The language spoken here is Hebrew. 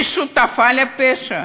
היא שותפה לפשע.